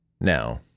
Now